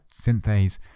synthase